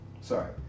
Sorry